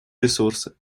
ресурсы